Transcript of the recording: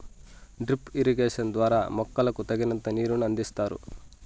drip irrigation ద్వారా మొక్కకు తగినంత నీరును అందిస్తారు